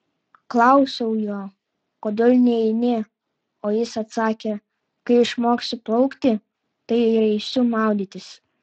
klausiau jo kodėl neini o jis atsakė kai išmoksiu plaukti tai ir eisiu maudytis